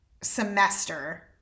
semester